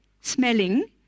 smelling